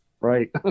right